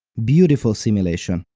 beautiful simulation,